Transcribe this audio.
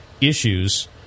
issues